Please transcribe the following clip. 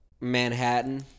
Manhattan